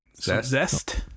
zest